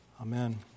Amen